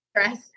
stress